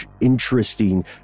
Interesting